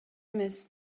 эмес